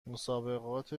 مسابقات